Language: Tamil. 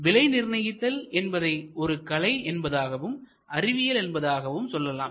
விலை நிர்ணயித்தல் என்பதை ஒரு கலை என்பதாகவும் அறிவியல் என்பதாகவும் சொல்லலாம்